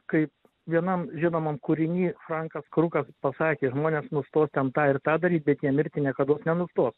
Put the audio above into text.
kaip vienam žinomam kūriny frankas krukas pasakė žmonės nustos ten tą ir tą daryt bet jie mirti niekados nenustos